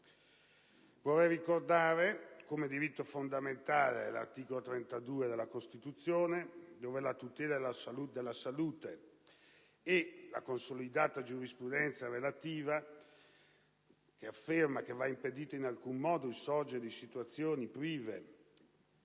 Vorrei ricordare il diritto fondamentale previsto all'articolo 32 della Costituzione - la tutela della salute - e la consolidata giurisprudenza relativa, la quale afferma che va impedito in ogni modo il sorgere di situazioni prive